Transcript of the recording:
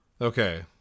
Okay